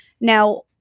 Now